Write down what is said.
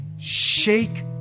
shake